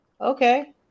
Okay